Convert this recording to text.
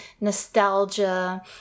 nostalgia